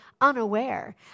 unaware